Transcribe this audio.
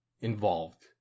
involved